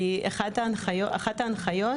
כי אחת ההנחיות,